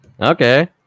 Okay